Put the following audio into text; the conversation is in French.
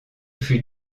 fut